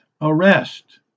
arrest